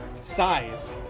size